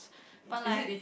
but like